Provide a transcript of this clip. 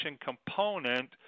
component